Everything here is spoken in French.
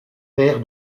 père